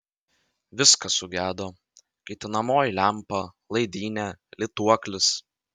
viskas sugedo kaitinamoji lempa laidynė lituoklis